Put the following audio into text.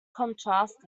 contrast